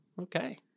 okay